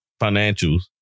financials